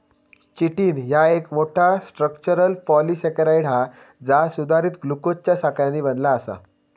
chitin ह्या एक मोठा, स्ट्रक्चरल पॉलिसेकेराइड हा जा सुधारित ग्लुकोजच्या साखळ्यांनी बनला आसा